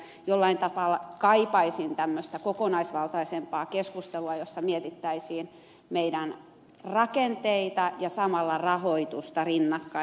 jollain tapaa kaipaisin tämmöistä kokonaisvaltaisempaa keskustelua jossa mietittäisiin meidän rakenteitamme ja samalla rahoitusta rinnakkain